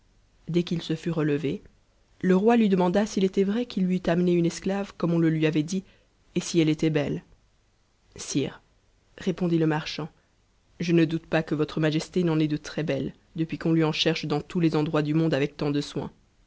dès qu'il se fut relevé le roi lui demanda s'il était vrai qu'il lui c amené une esclave comme on le lui avait dit et si elle était belle sire répondit le marchand je ne doute pas que votre majesté ne ait de très-belles depuis qu'on lui en cherche dans tous les endroits du monde avec tant de soin